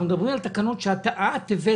אנחנו מדברים על תקנות שאת הבאת לנו.